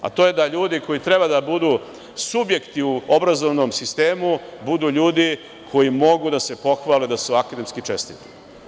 To je da ljudi treba da budu subjekti u obrazovanom sistemu, budu ljudi koji mogu da se pohvale da su akademski čestiti.